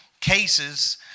cases